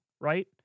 right